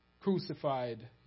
crucified